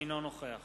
אינו נוכח